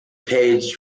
page